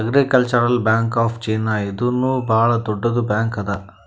agricultural bank of China ಇದೂನು ಭಾಳ್ ದೊಡ್ಡುದ್ ಬ್ಯಾಂಕ್ ಅದಾ